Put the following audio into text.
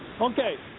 Okay